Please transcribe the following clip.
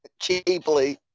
Cheaply